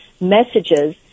Messages